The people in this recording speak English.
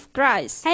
Christ